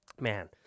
Man